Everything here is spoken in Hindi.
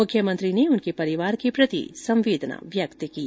मुख्यमंत्री ने उनके परिवार के प्रति संवेदना व्यक्त की है